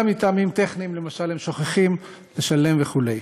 אלא מטעמים טכניים, למשל הם שוכחים לשלם וכו'.